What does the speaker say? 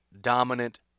dominant